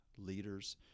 leaders